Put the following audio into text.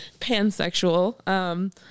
pansexual